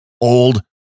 old